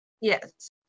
Yes